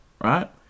right